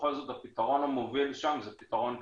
ובכל זאת הפתרון המוביל שם הוא פתרון כניסות,